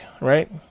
Right